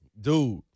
Dude